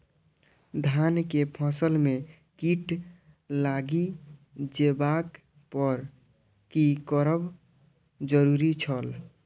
धान के फसल में कीट लागि जेबाक पर की करब जरुरी छल?